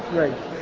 right